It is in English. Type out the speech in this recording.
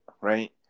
right